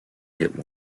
hit